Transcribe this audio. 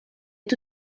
est